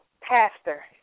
pastor